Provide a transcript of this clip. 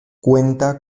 cuenta